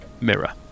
mirror